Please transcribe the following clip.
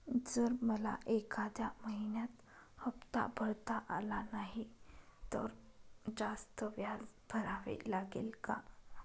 जर मला एखाद्या महिन्यात हफ्ता भरता आला नाही तर जास्त व्याज भरावे लागेल का?